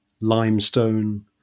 limestone